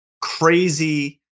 crazy